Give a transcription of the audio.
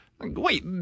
Wait